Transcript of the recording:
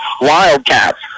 Wildcats